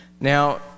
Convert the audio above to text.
Now